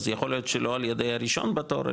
אז יכול להיות שלא על ידי הראשון בתור,